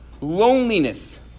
loneliness